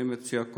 אני מציע,